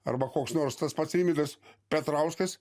arba koks nors tas pats rimvydas petrauskas